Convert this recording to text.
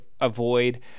avoid